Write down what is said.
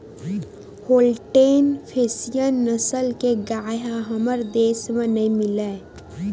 Holstein Friesian नसल के गाय ह हमर देस म नइ मिलय